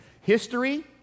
History